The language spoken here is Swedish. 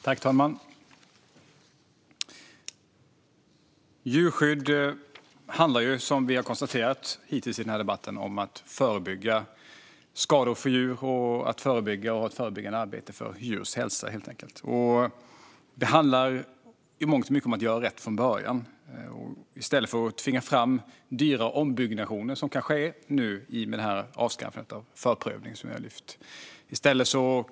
Fru talman! Djurskydd handlar, som vi hittills i denna debatt konstaterat, om att förebygga skador på djur och att ha ett förebyggande arbete för djurs hälsa. Det handlar i mångt och mycket om att göra rätt från början, i stället för att tvinga fram dyra ombyggnationer. Detta kan ske nu, i och med avskaffandet av förprövningen, som vi har lyft.